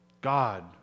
God